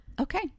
Okay